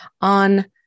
on